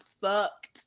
fucked